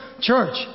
church